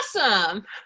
Awesome